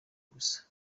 gusa